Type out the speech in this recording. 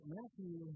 Matthew